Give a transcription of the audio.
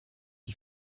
die